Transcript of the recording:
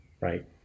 right